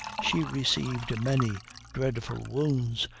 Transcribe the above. she received many dreadful wounds,